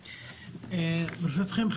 ברשותכם,